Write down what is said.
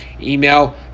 Email